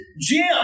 Jim